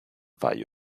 value